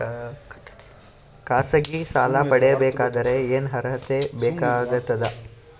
ಖಾಸಗಿ ಸಾಲ ಪಡಿಬೇಕಂದರ ಏನ್ ಅರ್ಹತಿ ಬೇಕಾಗತದ?